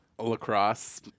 Lacrosse